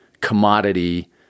commodity